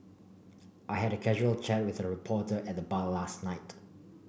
I had a casual chat with a reporter at the bar last night